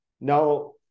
Now